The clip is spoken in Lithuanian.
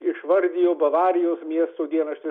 išvardijo bavarijos miesto dienraštis